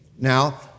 now